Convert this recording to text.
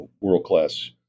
world-class